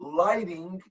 lighting